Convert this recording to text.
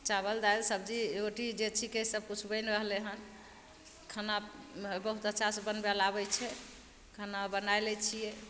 चाबल दालि सब्जी रोटी जे छिकै सबकिछु बनय रहलइ हन खाना बहुत अच्छासँ बनबय लए आबय छै खाना बनाय लै छियै